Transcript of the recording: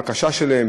בקשה שלהם,